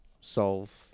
solve